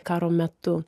karo metu